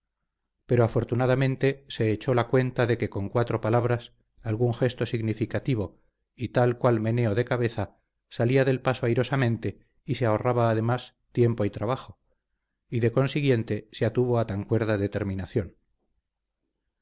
pero afortunadamente se echó la cuenta de que con cuatro palabras algún gesto significativo y tal cual meneo de cabeza salía del paso airosamente y se ahorraba además tiempo y trabajo y de consiguiente se atuvo a tan cuerda determinación